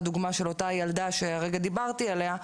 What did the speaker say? דוגמה של אותה ילדה שהרגע דיברתי עליה,